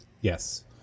yes